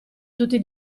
tutti